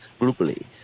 globally